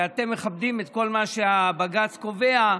שאתם מכבדים את כל מה שבג"ץ קובע,